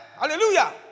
Hallelujah